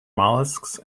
molluscs